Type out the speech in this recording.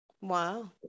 Wow